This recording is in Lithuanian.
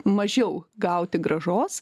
mažiau gauti grąžos